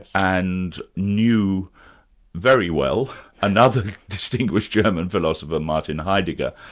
and knew very well another distinguished german philosopher, martin heidegger,